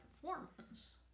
performance